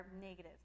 negative